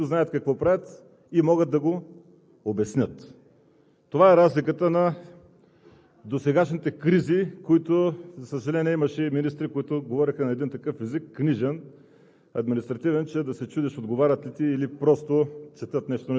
Слава богу, че имаме дейни министри, които знаят какво правят и могат да го обяснят. Това е разликата на досегашните кризи. За съжаление, имаше министри, които говореха на един такъв книжен